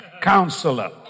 Counselor